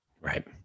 Right